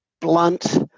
blunt